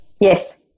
Yes